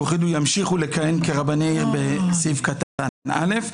"ימשיכו לכהן כרבני עיר" בסעיף קטן (א).